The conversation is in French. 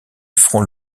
front